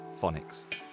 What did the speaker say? phonics